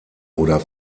oder